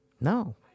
No